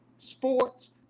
sports